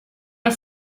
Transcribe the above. der